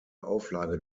auflage